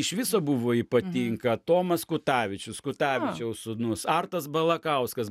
iš viso buvo ypatinga tomas kutavičius kutavičiaus sūnus artas balakauskas